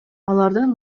алардын